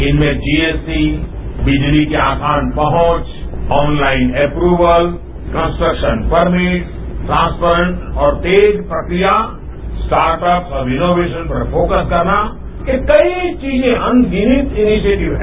इसमें जीएसटी बिजली की आसान पहंच online approval construction permits transparent और तेज प्रक्रिया स्टार्ट अप और इनोवेशन पर फोक्स करना ये कई चीजें अनगिनत इनिशेटिव हैं